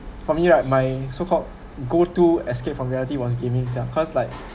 for me right my so called go to escape from reality was gaming cause like